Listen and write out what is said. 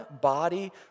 body